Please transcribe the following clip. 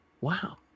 Wow